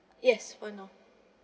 yes one off